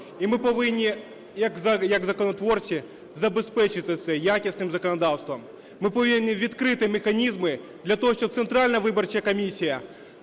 І ми повинні як законотворці забезпечити це якісним законодавством. Ми повинні відкрити механізми для того, щоб Центральна виборча комісія